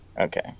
Okay